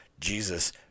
Jesus